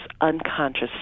unconscious